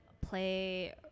play